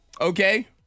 okay